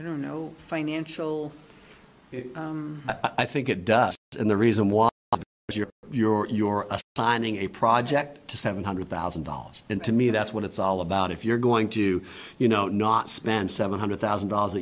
i don't know financial i think it does and the reason why you're dining a project to seven hundred thousand dollars and to me that's what it's all about if you're going to you know not spend seven hundred thousand dollars